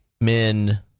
men